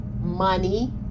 money